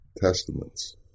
Testaments